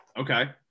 okay